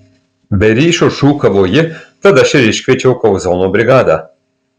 be ryšio šūkavo ji tad aš ir iškviečiau kauzono brigadą